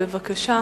בבקשה,